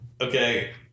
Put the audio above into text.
Okay